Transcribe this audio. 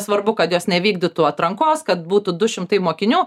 svarbu kad jos nevykdytų atrankos kad būtų du šimtai mokinių